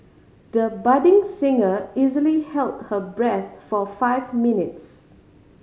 the budding singer easily held her breath for five minutes